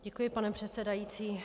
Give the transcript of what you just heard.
Děkuji, pane předsedající.